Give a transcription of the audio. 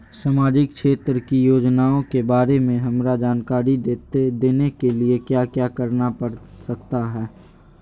सामाजिक क्षेत्र की योजनाओं के बारे में हमरा जानकारी देने के लिए क्या क्या करना पड़ सकता है?